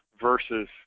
versus